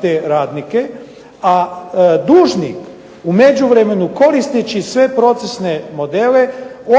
te radnike, a dužnik u međuvremenu koristeći sve procesne modele